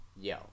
yo